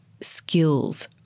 skills